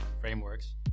frameworks